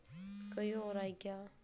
कोई और आई गेआ